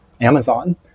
Amazon